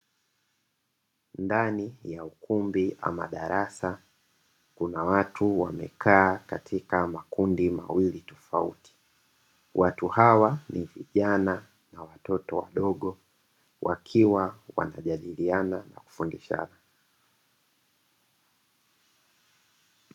Ndani ya ukumbi wa madarasa kuna watu wamekaa katika makundi mawili tofauti. Watu hawa ni vijana na watoto wadogo wakiwa wanajadiliana na kufundishana.